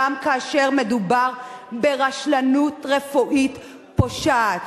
גם כאשר מדובר ברשלנות רפואית פושעת.